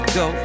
go